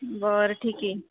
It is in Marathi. बरं ठीक आहे